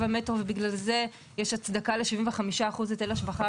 המטרו ובגלל זה יש הצדקה ל-75% היטל השבחה.